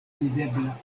videbla